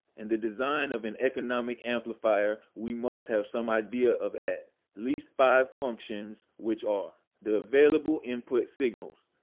and the design of an economic amplifier we must have some idea of at least five functions, which are the available input signals,